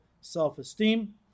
self-esteem